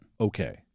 Okay